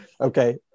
Okay